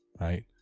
Right